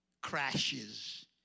crashes